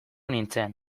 nintzen